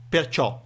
Perciò